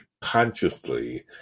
consciously